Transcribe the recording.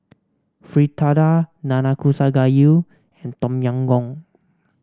Fritada Nanakusa Gayu and Tom Yam Goong